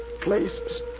places